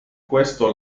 questo